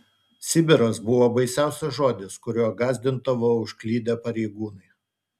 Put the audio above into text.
sibiras buvo baisiausias žodis kuriuo gąsdindavo užklydę pareigūnai